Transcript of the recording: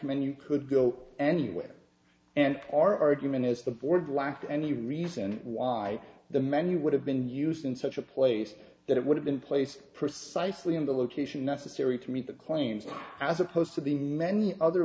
menu could go anywhere and our argument is the board lacked any reason why the menu would have been used in such a place that it would have been placed precisely in the location necessary to meet the claims as opposed to the many other